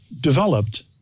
developed